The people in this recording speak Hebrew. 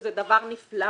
שזה דבר נפלא,